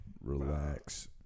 relax